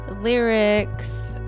lyrics